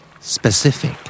Specific